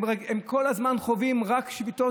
הם כל הזמן חווים רק שביתות,